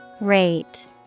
Rate